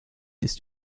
ist